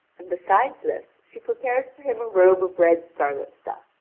and besides this she prepares for him a robe of red scarlet stuff,